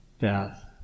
death